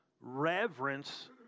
reverence